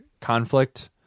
conflict